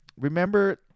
Remember